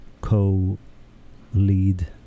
co-lead